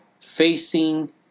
facing